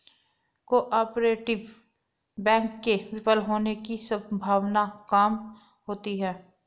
cooperative bank के विफल होने की सम्भावना काम होती है